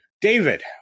David